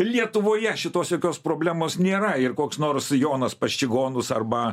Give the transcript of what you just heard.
lietuvoje šitos jokios problemos nėra ir koks nors jonas pas čigonus arba